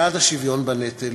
בעד השוויון בנטל